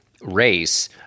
race—